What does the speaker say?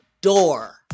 door